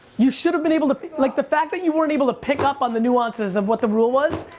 you should have been able to, like the fact that you weren't able to pick up on the nuances of what the rule was.